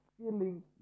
feeling